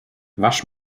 wasch